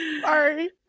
sorry